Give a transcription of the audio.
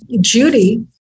Judy